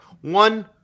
One